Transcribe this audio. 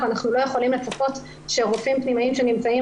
ואנחנו לא יכולים לצפות שרופאים פנימיים שנמצאים